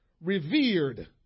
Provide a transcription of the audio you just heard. revered